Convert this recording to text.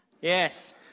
Yes